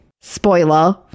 Spoiler